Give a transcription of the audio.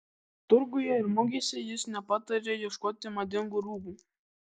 turguje ir mugėse jis nepataria ieškoti madingų rūbų